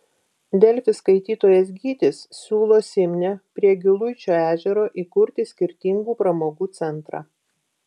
delfi skaitytojas gytis siūlo simne prie giluičio ežero įkurti skirtingų pramogų centrą